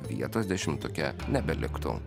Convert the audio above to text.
vietos dešimtuke nebeliktų